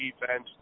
defense